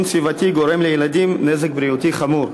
סביבתי גורם לילדים נזק בריאותי חמור.